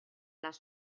las